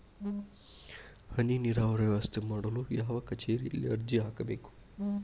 ಹನಿ ನೇರಾವರಿ ವ್ಯವಸ್ಥೆ ಮಾಡಲು ಯಾವ ಕಚೇರಿಯಲ್ಲಿ ಅರ್ಜಿ ಹಾಕಬೇಕು?